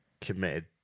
committed